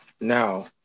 now